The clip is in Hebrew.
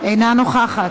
אינה נוכחת.